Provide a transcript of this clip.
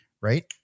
right